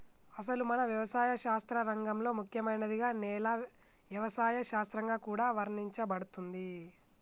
అసలు మన యవసాయ శాస్త్ర రంగంలో ముఖ్యమైనదిగా నేల యవసాయ శాస్త్రంగా కూడా వర్ణించబడుతుంది